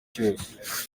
cyose